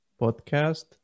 podcast